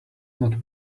not